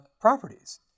properties